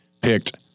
picked